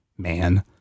man